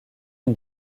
une